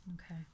Okay